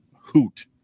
hoot